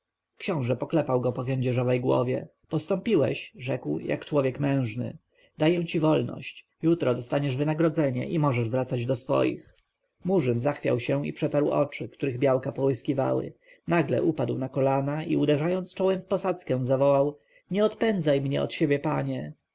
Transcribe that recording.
książę poklepał go po kędzierzawej głowie postąpiłeś rzekł jak człowiek mężny daję ci wolność jutro dostaniesz wynagrodzenie i możesz wracać do swoich murzyn zachwiał się i przetarł oczy których białka połyskiwały nagłe upadł na kolana i uderzając czołem w posadzkę zawołał nie odpędzaj mnie od siebie panie